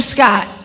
Scott